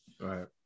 Right